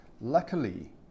Luckily